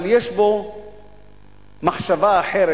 אבל יש בו מחשבה אחרת,